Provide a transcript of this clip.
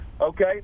Okay